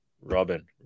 robin